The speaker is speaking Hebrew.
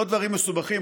לא דברים מסובכים,